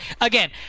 again